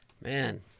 Man